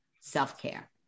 self-care